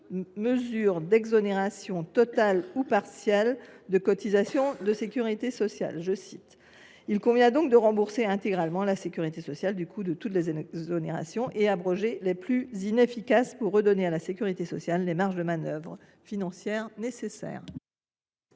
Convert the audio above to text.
mesure d’exonération, totale ou partielle, de cotisations de sécurité sociale ». Il convient donc de rembourser intégralement la sécurité sociale du coût de toutes les exonérations et d’abroger les plus inefficaces d’entre elles, afin de redonner à la sécurité sociale les marges de manœuvre financières dont elle